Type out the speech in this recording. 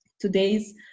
today's